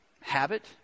habit